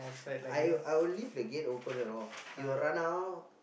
I I will leave the gate open and all he will run out